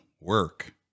work